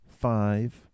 five